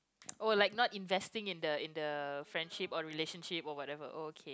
oh like not investing in the in the friendship or relationship or whatever oh